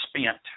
spent